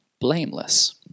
Blameless